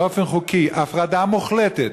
באופן חוקי, הפרדה מוחלטת